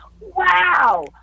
wow